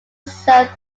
served